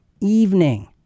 evening